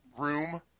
room